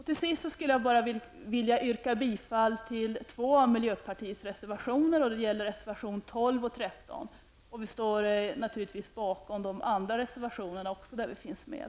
Till sist skall jag yrka bifall till två av våra reservationer, nämligen reservationerna 12 och 13. Vi står naturligtvis bakom alla andra reservationer där miljöpartister finns med.